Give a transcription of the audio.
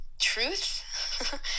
truth